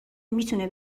میتونه